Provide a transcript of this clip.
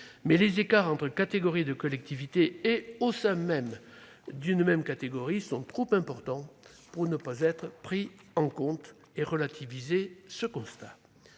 mais les écarts entre catégories de collectivités et au sein d'une même catégorie sont trop importants pour ne pas être pris en compte. En conclusion,